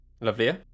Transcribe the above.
Lovely